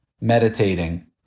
meditating